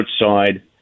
outside